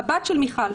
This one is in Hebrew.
הבת של מיכל,